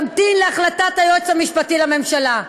תמתין להחלטת היועץ המשפטי לממשלה.